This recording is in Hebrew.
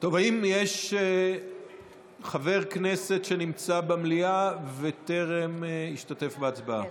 האם יש חבר כנסת שנמצא במליאה וטרם השתתף בהצבעה?